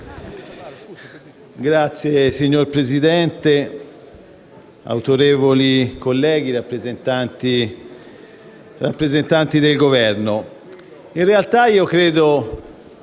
*(PD)*. Signor Presidente, autorevoli colleghi, rappresentanti del Governo, in realtà io credo